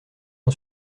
qui